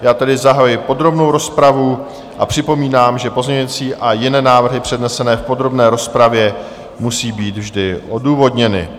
Já tedy zahajuji podrobnou rozpravu a připomínám, že pozměňovací a jiné návrhy přednesené v podrobné rozpravě musí být vždy odůvodněny.